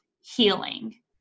healing